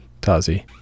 Tazi